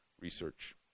research